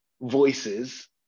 voices